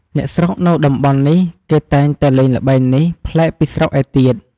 អ្នកស្រុកនៅក្នុងតំបន់នេះគេតែងលេងល្បែងនេះ ប្លែកពីស្រុកឯទៀត ។